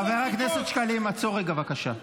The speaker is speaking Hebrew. חבר הכנסת שקלים, עצור רגע, בבקשה.